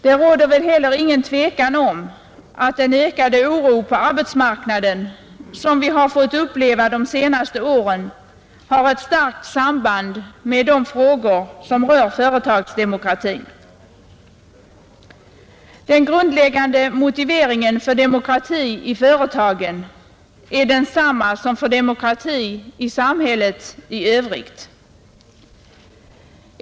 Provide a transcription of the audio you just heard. Det råder väl heller ingen tvekan om att den ökade oro på arbetsmarknaden som vi har fått uppleva de senaste åren har ett starkt samband med frågor som rör företagsdemokratin. Den grundläggande motiveringen för demokrati i företagen är densamma som för demokrati i samhället i övrigt.